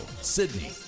Sydney